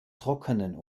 trockenen